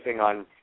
on